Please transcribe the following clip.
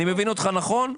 אני מבין אותך נכון?